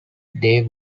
they